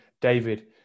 David